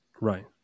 Right